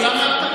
לא, למה הקטנה?